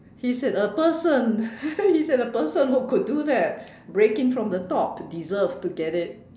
he said a person he said a person who could do that break in from the top to deserves to get it